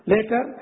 Later